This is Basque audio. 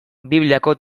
bibliako